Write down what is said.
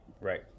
Right